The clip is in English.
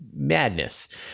madness